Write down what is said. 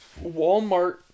Walmart